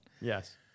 Yes